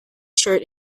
shirt